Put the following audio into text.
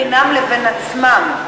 בינם לבין עצמם.